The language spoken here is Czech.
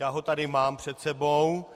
Já ho tady mám před sebou.